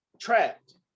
trapped